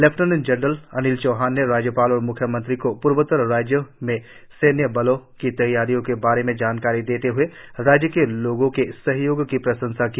lieutenant general Anil Chauhan ने राज्यपाल और म्ख्यमंत्री को पूर्वोत्तर राज्यों में सैन्य बलों की तैयारियों के बारे में जानकारी देते हुए राज्य के लोगों के सहयो की प्रशंसा की